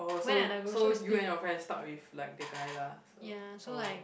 oh so so you and your friend is stuck with like that guy lah so oh